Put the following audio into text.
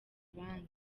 abandi